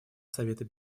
совета